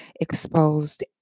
exposed